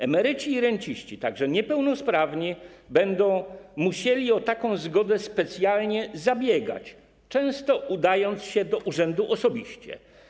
Emeryci i renciści, także niepełnosprawni, będą musieli o taką zgodę specjalnie zabiegać, często udając się do urzędu osobiście.